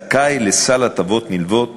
זכאי לסל הטבות נלוות